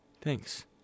Thanks